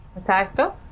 Exacto